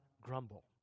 grumble